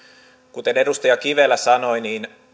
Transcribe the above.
kuten edustaja kivelä sanoi niin